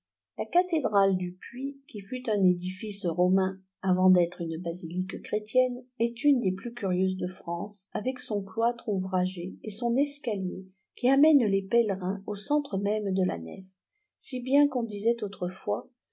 la cathédrale du puy qui fut un édifice romain avant d'être une basilique chrétienne est une des plus curieuses de france avec son cloître ouvragé et son escalier qui ainène les pèlerins au centre même de la nef si bien qu'on disait autrefois